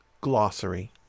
Glossary